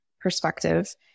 perspective